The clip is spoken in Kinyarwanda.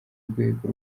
rwego